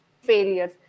failures